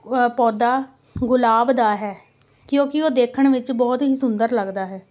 ਪੌਦਾ ਗੁਲਾਬ ਦਾ ਹੈ ਕਿਉਂਕਿ ਉਹ ਦੇਖਣ ਵਿੱਚ ਬਹੁਤ ਹੀ ਸੁੰਦਰ ਲੱਗਦਾ ਹੈ